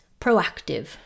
proactive